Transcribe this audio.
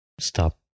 stop